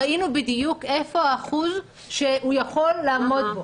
ראינו בדיוק איפה האחוז שהוא יכול לעמוד בו.